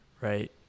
right